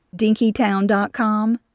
dinkytown.com